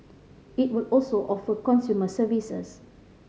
it will also offer consumer services